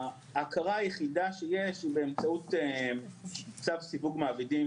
ההכרה היחידה שיש היא באמצעות צו סיווג מעבידים